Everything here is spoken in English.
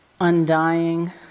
Undying